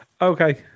Okay